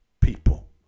people